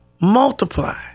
Multiply